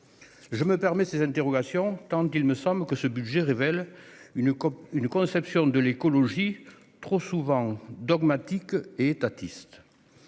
Je me permets ces interrogations, tant il me semble que ce budget révèle une conception de l'écologie trop souvent dogmatique et étatiste.